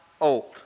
old